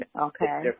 okay